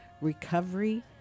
Recovery